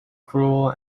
cruel